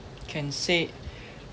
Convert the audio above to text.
can say